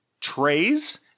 trays